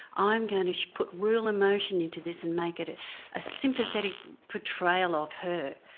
i'm going to put real emotion into this and make it it a sympathetic portrayal of her,